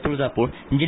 Tuljapur जि